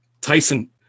Tyson –